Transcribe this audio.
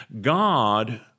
God